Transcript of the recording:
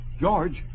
George